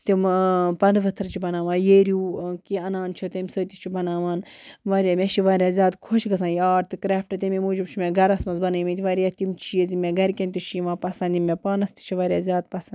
تِمہٕ پَنہٕ ؤتھٕر چھِ بناوان ییروٗ کہِ اَنان چھِ تَمہِ سۭتۍ تہِ چھِ بناوان واریاہ مےٚ چھِ واریاہ زیادٕ خۄش گژھان یہِ آرٹ تہٕ کرٛیفٹ تَمی موٗجوٗب چھِ مےٚ گَرَس منٛز بنٲیمٕتۍ واریاہ تِم چیٖز یِم مےٚ گَرِکٮ۪ن تہِ چھِ یِوان پسنٛد یِم مےٚ پانَس تہِ چھِ واریاہ زیادٕ پسنٛد